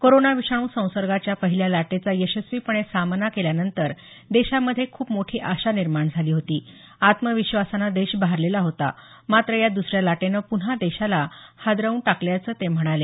corona विषाणू संसर्गाच्या पहिल्या लाटेचा यशस्वीपणे सामना केल्यानंतर देशामध्ये खूप मोठी आशा निर्माण झाली होती आत्मविश्वासानं देश भारलेला होता मात्र या दुसऱ्या लाटेनं पुन्हा देशाला हादरवून टाकल्याचं ते म्हणाले